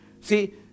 See